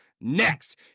Next